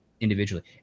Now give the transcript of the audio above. individually